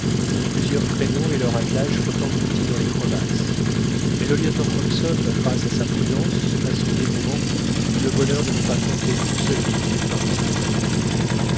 plusieurs traîneaux et leurs attelages furent engloutis dans les crevasses mais le lieutenant hobson grâce à sa prudence à son dévouement eut le bonheur de ne pas compter une seule victime parmi ses compagnons